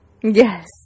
Yes